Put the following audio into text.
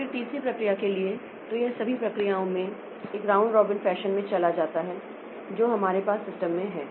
फिर तीसरी प्रक्रिया के लिए तो यह सभी प्रक्रियाओं में एक राउंड रॉबिन फैशन में चला जाता है जो हमारे पास सिस्टम में है